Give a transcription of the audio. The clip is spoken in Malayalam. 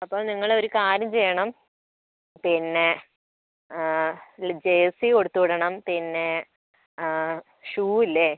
അപ്പോൾ നിങ്ങളെ ഒരു കാര്യം ചെയ്യണം പിന്നെ ഇതിൽ ജേഴ്സി കൊടുത്തു വിടണം പിന്നെ ഷൂ ഇല്ലേ